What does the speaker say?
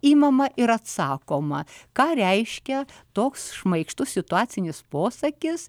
imama ir atsakoma ką reiškia toks šmaikštus situacinis posakis